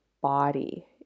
body